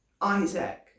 Isaac